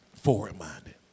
Forward-minded